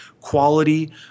quality